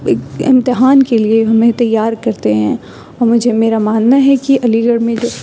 اِک امتحان کے لیے ہمیں تیار کرتے ہیں اور مجھے میرا ماننا ہے کہ علی گڑھ میں جو